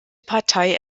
partei